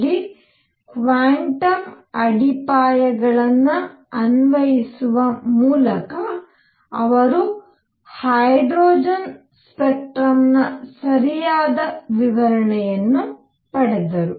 ಅಲ್ಲಿ ಕ್ವಾಂಟಮ್ ಅಡಿಪಾಯಗಳನ್ನು ಅನ್ವಯಿಸುವ ಮೂಲಕ ಅವರು ಹೈಡ್ರೋಜನ್ ಸ್ಪೆಕ್ಟ್ರಮ್ ನ ಸರಿಯಾದ ವಿವರಣೆಯನ್ನು ಪಡೆದರು